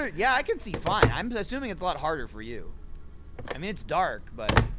yeah, i can see fine, i'm assuming it's a lot harder for you i mean it's dark, but.